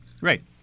Right